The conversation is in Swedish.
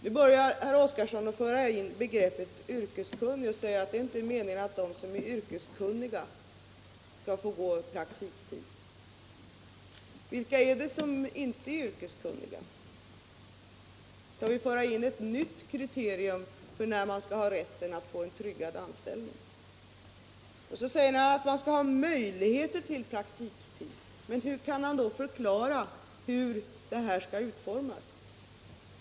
Men nu för herr Oskarson in begreppet ”yrkeskunnig” och säger att det är inte meningen att de som är yrkeskunniga skall behöva gå praktiktid. Vilka är det som inte är yrkeskunniga? Skall vi föra in ett nytt kriterium för när man skall ha rätt till att få en tryggad anställning? Herr Oskarson säger vidare att man skall ha möjligheter till praktikanställning. Kan herr Oskarson då förklara hur detta skall utformas?